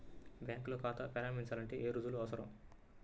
బ్యాంకులో ఖాతా ప్రారంభించాలంటే ఏ రుజువులు అవసరం?